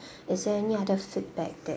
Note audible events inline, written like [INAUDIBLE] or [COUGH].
[BREATH] is there any other feedback that